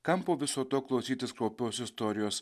kam po viso to klausytis kraupios istorijos